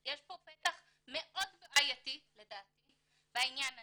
יש פה פתח מאוד בעייתי לדעתי בעניין הזה,